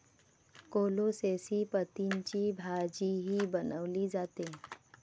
कोलोसेसी पतींची भाजीही बनवली जाते